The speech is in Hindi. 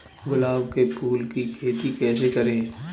गुलाब के फूल की खेती कैसे करें?